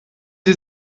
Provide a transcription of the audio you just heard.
sie